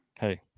Hey